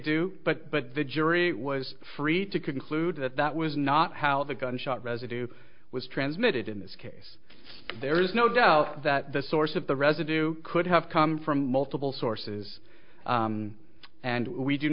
do but but the jury was free to conclude that that was not how the gunshot residue was transmitted in this case there is no doubt that the source of the residue could have come from multiple sources and we do